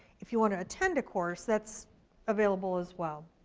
if you want to attend a course, that's available as well.